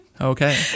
Okay